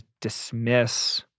dismiss